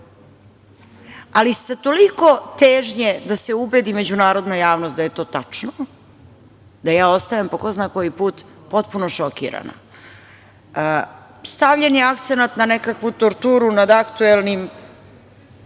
ali sa toliko težnje da se ubedi međunarodna javnost da je to tačno, da ja ostajem po ko zna koji put potpuno šokirana. Stavljen je akcenat na nekakvu torturu nad aktuelnim